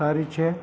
સારી છે